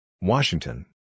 Washington